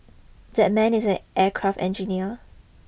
that man is an aircraft engineer